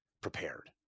prepared